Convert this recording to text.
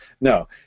no